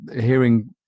hearing